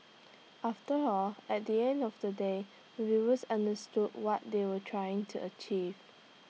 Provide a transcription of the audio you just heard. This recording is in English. after all at the end of the day viewers understood what they were trying to achieve